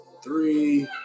Three